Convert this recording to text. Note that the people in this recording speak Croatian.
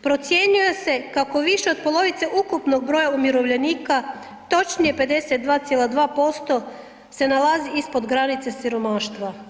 Procjenjuje se kako više od polovice ukupnog broja umirovljenika, točnije 52,2% se nalazi ispod granice siromaštva.